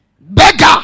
beggar